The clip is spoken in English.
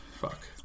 Fuck